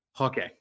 Okay